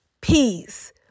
peace